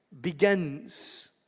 begins